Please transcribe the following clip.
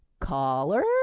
Caller